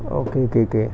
okay okay okay